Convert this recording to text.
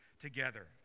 together